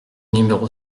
numéro